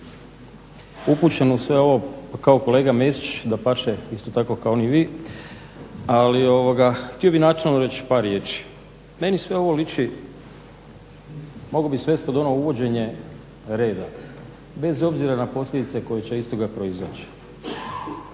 upućen u sve ovo kao kolega Mesić dapače isto tako kao ni vi, ali htio bih načelno reći par riječi. Meni sve ovo liči mogu bih svesti pod ono uvođenje reda bez obzira na posljedice koje će iz toga proizaći.